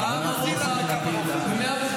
גם ניו זילנד בקו הרוחב.